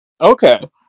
Okay